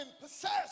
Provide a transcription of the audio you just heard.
possessed